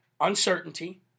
uncertainty